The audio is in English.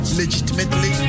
legitimately